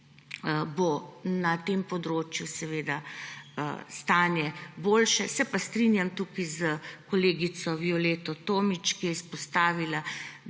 bo na tem področju stanje boljše. Se pa strinjam tukaj s kolegico Violeto Tomić, ki je izpostavila,